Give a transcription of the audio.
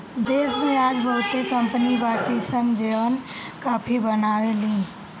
देश में आज बहुते कंपनी बाड़ी सन जवन काफी बनावे लीन